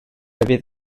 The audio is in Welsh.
fydd